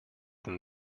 than